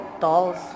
dolls